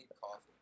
coffee